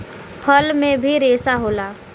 फल में भी रेसा होला